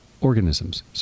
Organisms